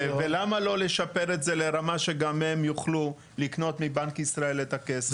ולמה לא לשפר את זה לרמה שגם הם יוכלו לקנות מבנק ישראל את הכסף?